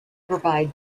provide